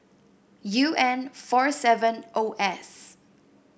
U N four seven O S